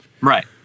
Right